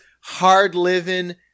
hard-living –